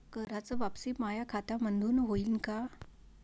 कराच वापसी माया खात्यामंधून होईन का?